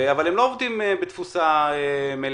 אבל הם לא עובדים בתפוסה מלאה.